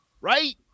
Right